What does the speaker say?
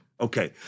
Okay